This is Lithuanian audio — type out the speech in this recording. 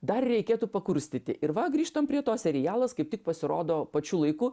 dar reikėtų pakurstyti ir va grįžtam prie to serialas kaip tik pasirodo pačiu laiku